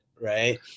right